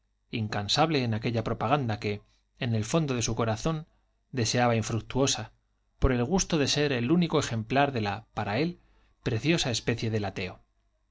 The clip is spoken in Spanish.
incansable en aquella propaganda que en el fondo de su corazón deseaba infructuosa por el gusto de ser el único ejemplar de la para él preciosa especie del ateo